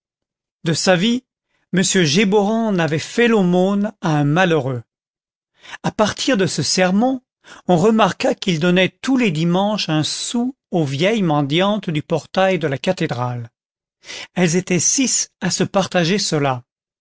de sa vie m géborand n'avait fait l'aumône à un malheureux à partir de ce sermon on remarqua qu'il donnait tous les dimanches un sou aux vieilles mendiantes du portail de la cathédrale elles étaient six à se partager cela